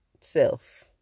self